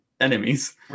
enemies